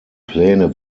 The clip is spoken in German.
pläne